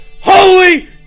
Holy